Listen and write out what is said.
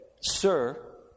Sir